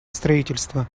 строительства